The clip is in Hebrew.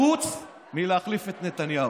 חוץ מלהחליף את נתניהו.